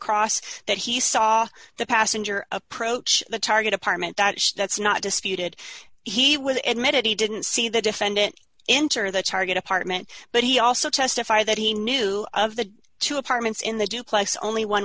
cross that he saw the passenger approach the target apartment that that's not disputed he would admittedly didn't see the defendant entered the target apartment but he also testified that he knew of the two apartments in the duplex only one